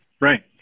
Right